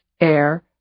air